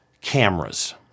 Cameras